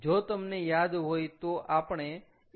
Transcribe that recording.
જો તમને યાદ હોય તો આપણે 1